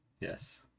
Yes